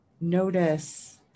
notice